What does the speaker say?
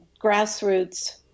grassroots